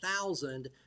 thousand